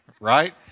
Right